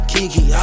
Kiki